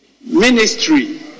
Ministry